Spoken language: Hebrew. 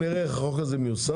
נראה איך החוק הזה מיושם.